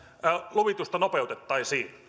luvitusta nopeutettaisiin